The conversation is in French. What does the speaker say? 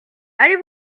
allez